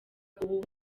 ubu